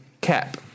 cap